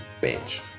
bench